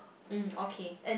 mm okay